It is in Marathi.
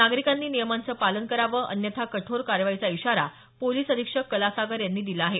नागरिकांनी नियमाचं पालन करावं अन्यथा कठोर कारवाईचा इशारा पोलीस अधीक्षक कलासागर यांनी दिला आहे